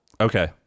okay